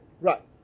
right